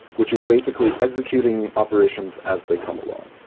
which is basically executing operations as they come along.